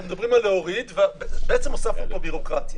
אנחנו מדברים על להוריד ובעצם הוספנו פה בירוקרטיה.